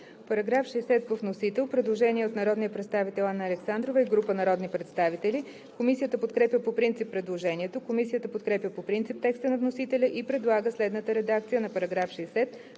По § 60 има предложение от народния представител Анна Александрова и група народни представители. Комисията подкрепя по принцип предложението. Комисията подкрепя по принцип текста на вносителя и предлага следната редакция на § 60,